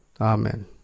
Amen